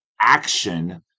action